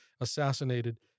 assassinated